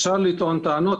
אפשר לטעון טענות,